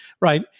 right